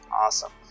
awesome